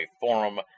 forum